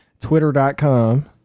twitter.com